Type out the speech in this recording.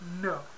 No